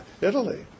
Italy